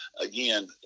again